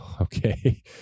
okay